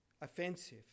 offensive